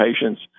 patients